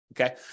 Okay